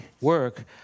work